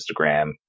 Instagram